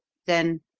then